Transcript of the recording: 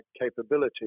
capability